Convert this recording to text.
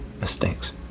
mistakes